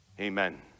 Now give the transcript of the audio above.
Amen